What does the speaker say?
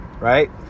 right